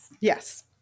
Yes